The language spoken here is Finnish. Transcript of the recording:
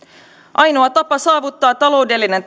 ainoa tapa saavuttaa taloudellinen